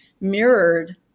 mirrored